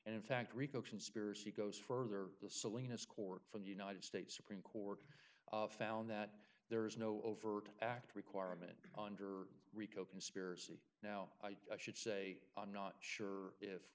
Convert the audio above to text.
and in fact rico conspiracy goes further the salinas court from the united states supreme court found that there is no overt act requirement under rico conspiracy now i should say i'm not sure if